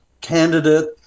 candidate